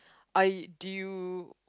I do you